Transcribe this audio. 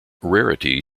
rarity